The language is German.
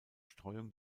streuung